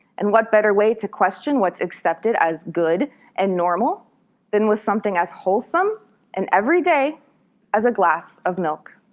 and what better way to question what's accepted as good and normal than with something as wholesome and every day as a glass of milk?